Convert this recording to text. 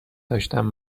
داشتم